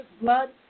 blood